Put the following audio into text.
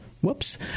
Whoops